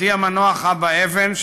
דודי המנוח אבא אבן,